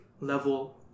level